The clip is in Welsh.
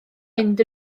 mynd